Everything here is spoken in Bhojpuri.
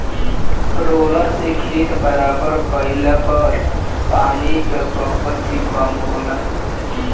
रोलर से खेत बराबर कइले पर पानी कअ खपत भी कम होला